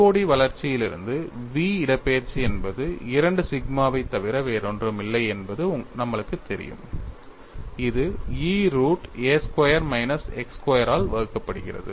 COD வளர்ச்சியிலிருந்து v இடப்பெயர்ச்சி என்பது 2 சிக்மாவைத் தவிர வேறொன்றுமில்லை என்பது நம்மளுக்குத் தெரியும் இது E root a square minus x square ஆல் வகுக்கப்படுகிறது